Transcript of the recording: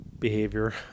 behavior